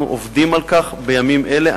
אנחנו עובדים על כך בימים אלה.